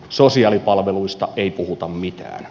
sosiaalipalveluista ei puhuta mitään